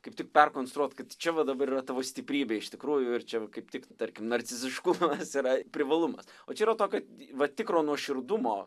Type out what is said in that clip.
kaip tik perkonstruot kad čia va dabar yra tavo stiprybė iš tikrųjų ir čia kaip tik tarkim narciziškumas yra privalumas o čia yra tokio vat tikro nuoširdumo